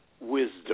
wisdom